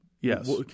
Yes